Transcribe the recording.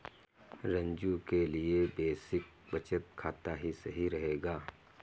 रंजू के लिए बेसिक बचत खाता ही सही रहेगा